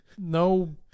no